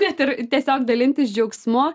net ir tiesiog dalintis džiaugsmu